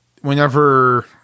whenever